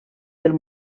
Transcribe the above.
del